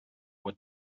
what